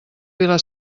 vila